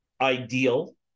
ideal